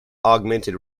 augmented